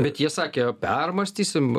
bet jie sakė permąstysim